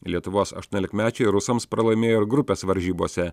lietuvos aštuoniolikmečiai rusams pralaimėjo ir grupės varžybose